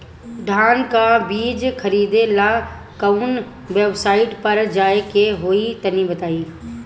धान का बीज खरीदे ला काउन वेबसाइट पर जाए के होई तनि बताई?